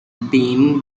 been